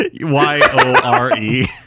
Y-O-R-E